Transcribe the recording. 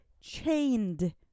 chained